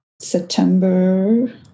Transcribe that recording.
September